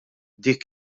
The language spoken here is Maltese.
dik